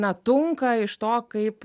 na tunka iš to kaip